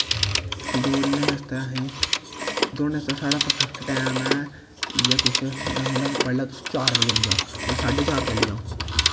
दौड़ने आस्तै असें ई दौड़ने आस्तै साढ़ा परफेक्ट टैम ऐ मतलब बडलै चार बजे चली जाओ जां साढ़े चार चली जाओ